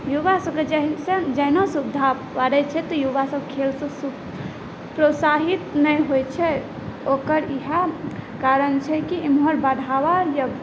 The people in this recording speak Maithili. युवासबके जहिना सुविधा पड़ै छै तऽ युवासब खेलसब प्रोत्साहित नहि होइ छै ओकर इएह कारण छै कि एम्हर बढ़ावा जब